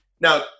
Now